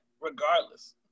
regardless